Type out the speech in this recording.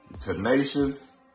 tenacious